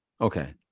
Okay